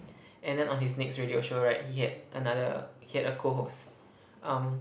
and then on his next radio show right he had another he had a cohost um